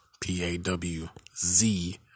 P-A-W-Z